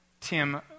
Tim